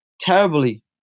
terribly